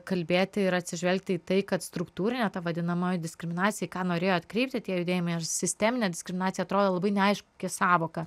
kalbėti ir atsižvelgti į tai kad struktūrinė ta vadinamoji diskriminacija ką norėjo atkreipti tie judėjimai ar sisteminė diskriminacija atrodo labai neaiški sąvoka